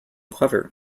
clever